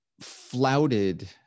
flouted